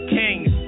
kings